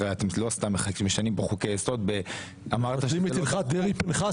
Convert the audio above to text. הרי אתם לא סתם משנים פה חוקי יסוד ב --- מבטלים את הלכת דרעי-פנחסי,